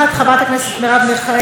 חברת הכנסת מרב מיכאלי,